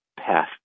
path